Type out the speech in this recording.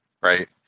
right